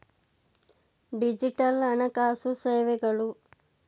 digital ಹಣಕಾಸು ಸೇವೆಗಳು